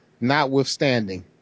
notwithstanding